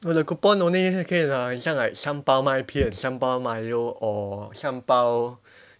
no the coupon only 可以拿很像 like 三包麦片三包 milo or 三包